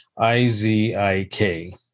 i-z-i-k